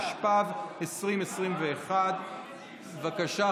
התשפ"ב 2021. בבקשה,